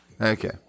Okay